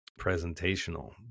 presentational